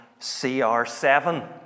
CR7